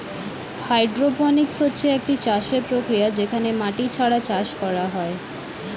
hydroponics হচ্ছে একটি চাষের প্রক্রিয়া যেখানে মাটি ছাড়া চাষ করা হয়